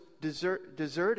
deserted